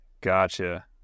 Gotcha